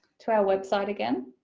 to our website again,